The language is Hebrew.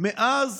ומאז